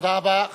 תודה רבה.